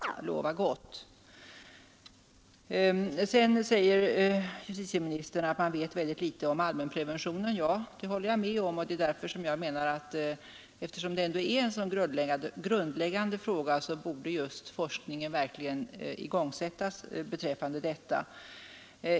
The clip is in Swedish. Herr talman! Jag vill först tacka justitieministern för beskedet beträffande centrala rådets kommande aktiviteter när det gäller forskningssidan. Jag noterar att justitieministern ansåg att rådet borde kunna ta upp alla väsentliga frågor som hade med forskning att göra. Det tycker jag lovar gott. Sedan säger justitieministern att man vet väldigt litet om allmänpreventionen. Det håller jag med om, och det är därför som jag menar att eftersom det ändå är en sådan grundläggande fråga borde just forskning igångsättas beträffande detta.